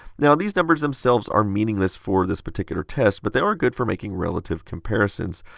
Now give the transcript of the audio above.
now, these numbers themselves are meaningless for this particular test, but they are good for making relative comparisons.